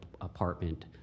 apartment